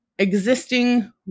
existing